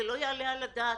זה לא יעלה על הדעת.